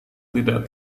tidak